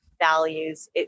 values